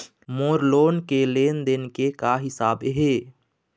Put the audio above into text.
मोर loan के लेन देन के का हिसाब हे?